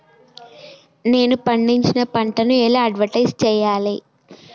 నేను పండించిన పంటను ఎలా అడ్వటైస్ చెయ్యాలే?